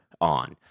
on